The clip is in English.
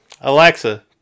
Alexa